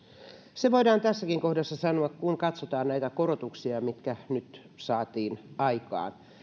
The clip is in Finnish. se voidaan tässäkin kohdassa sanoa kun katsotaan näitä korotuksia mitkä nyt saatiin aikaan